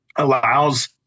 allows